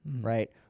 Right